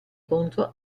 contro